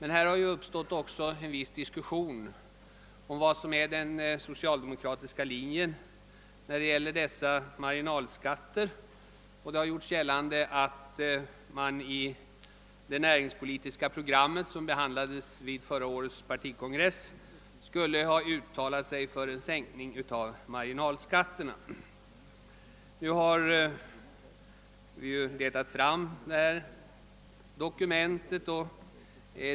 Nu har det uppstått en viss diskussion om vad som är den socialdemokratiska linjen när det gäller marginalskatten, och det har gjorts gällande att den socialdemokratiska partikongressen förra året i det näringspolitiska programmet skulle ha uttalat sig för en sänkning av marginalskatten. Nu har vi letat fram detta dokument.